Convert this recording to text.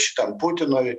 šitam putinui